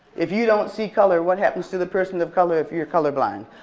if you don't see color, what happens to the person of color if you're colorblind?